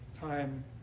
time